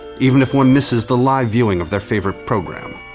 even if one misses the live viewing of their favorite program,